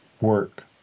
work